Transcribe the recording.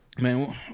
Man